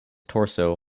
torso